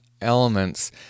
elements